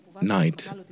night